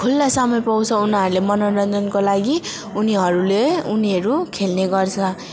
खुला समय पाउँछ उनीहरूले मनोरञ्जनको लागि उनीहरूले उनीहरू खेल्ने गर्छ